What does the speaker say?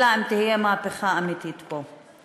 אלא אם תהיה מהפכה אמיתית פה.